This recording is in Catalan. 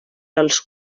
als